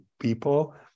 people